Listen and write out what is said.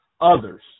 others